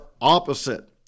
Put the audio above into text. opposite